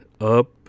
up